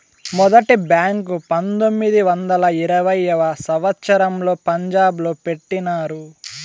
మొదటి బ్యాంకు పంతొమ్మిది వందల ఇరవైయవ సంవచ్చరంలో పంజాబ్ లో పెట్టినారు